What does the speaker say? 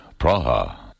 Praha